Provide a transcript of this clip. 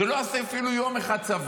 שלא עשו צבא אפילו יום אחד.